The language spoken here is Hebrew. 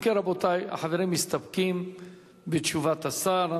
אם כן, רבותי, החברים מסתפקים בתשובת השר.